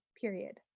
period